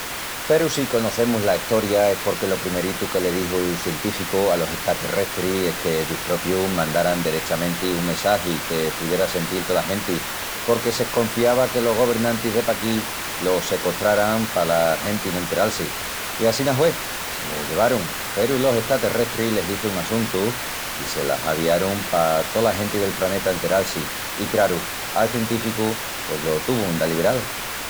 Peru si conocemus la estoria es porque lo primeritu que le dixu'l científicu alos estaterrestris es que ellus propius mandaran derechamenti un messagi que puyera sentil tola genti, porque s'esconfiava que los governantis de paquí lo secostraran pala genti no enteral-si. I assina hue, se lo llevarun, peru los estaterrestris le hizun assuntu i se las aviarun pa tola genti del praneta enteral-si. I craru, al científicu pos lo tuvun d'aliberal.